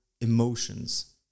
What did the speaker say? emotions